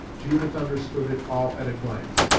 judith understood it all at a glance.